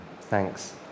Thanks